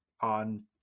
on